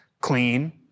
clean